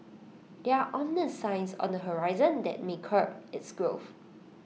there are ominous signs on the horizon that may curb its growth